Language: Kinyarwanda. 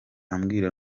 ambwira